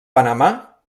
panamà